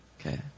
Okay